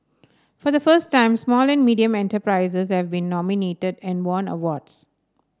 for the first time small and medium enterprises have been nominated and won awards